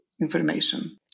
information